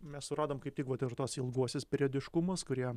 mes suradom kaip tik vat ir tuos ilguosius periodiškumas kurie